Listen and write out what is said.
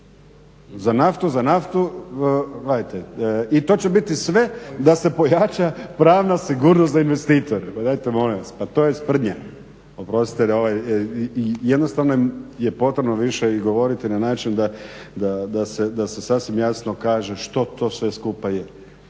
za naftu, gledajte i to će biti sve da se pojača pravna sigurnost za investitore. Pa dajte molim vas, pa to je sprdnja, oprostite na ovaj, jednostavno je potrebno više i govoriti na način da se sasvim jasno kaže što to sve skupa je.